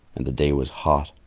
and the day was hot,